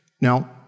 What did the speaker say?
Now